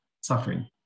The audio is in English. suffering